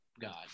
God